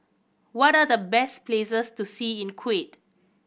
what are the best places to see in Kuwait